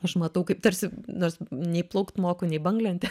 aš matau kaip tarsi nors nei plaukt moku nei banglente